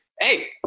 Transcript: hey